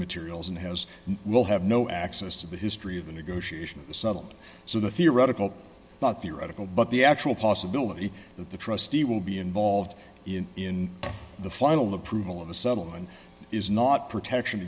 materials and has will have no access to the history of the negotiation settled so the theoretical not theoretical but the actual possibility that the trustee will be involved in the final approval of the settlement is not protection